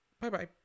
Bye-bye